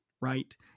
right